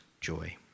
joy